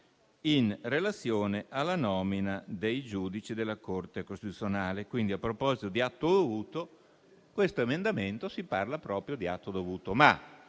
in relazione alla nomina dei giudici della Corte costituzionale. Quindi, a proposito di atto dovuto, in questi emendamenti si parla proprio di atto dovuto.